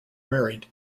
married